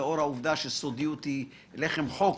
לאור העובדה שסודיות היא לחם חוק,